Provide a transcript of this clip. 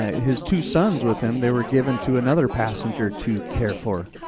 his two sons with him, they were given to another passenger to care for.